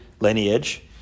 lineage